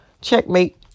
Checkmate